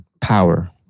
power